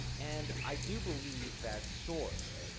and, i do believe that source